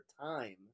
time